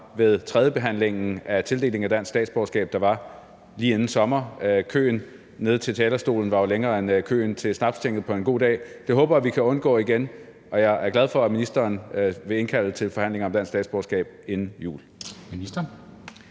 ved tredjebehandlingen af lovforslaget om tildeling af dansk statsborgerskab lige inden sommeren. Køen til talerstolen var jo længere end køen til Snapstinget på en god dag. Det håber jeg at vi kan undgå sker igen, og jeg er glad for, at ministeren vil indkalde til forhandlinger om dansk statsborgerskab inden jul.